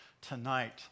tonight